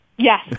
Yes